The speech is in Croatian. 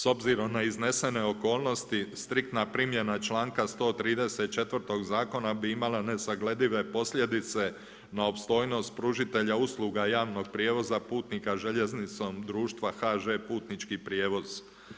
S obzirom na iznesene okolnosti striktna primjena članka 134. zakona bi imala nesagledive posljedice na opstojnost pružatelja usluga javnog prijevoza putnika željeznicom društva HŽ putnički prijevoz.